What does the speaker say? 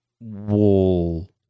wall